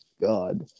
God